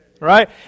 Right